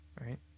right